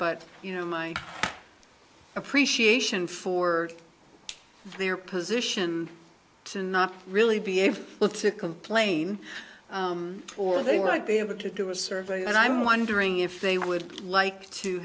but you know my appreciation for their position to not really be a well to complain or they might be able to do a survey and i'm wondering if they would like to